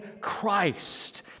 Christ